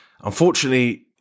Unfortunately